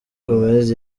gomez